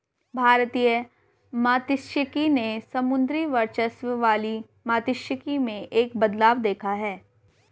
भारतीय मात्स्यिकी ने समुद्री वर्चस्व वाली मात्स्यिकी में एक बदलाव देखा है